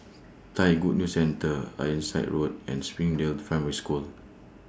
Thai Good News Centre Ironside Road and Springdale Primary School